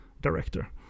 director